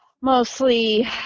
Mostly